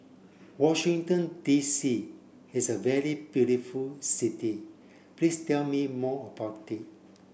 Washington D C is a very beautiful city please tell me more about it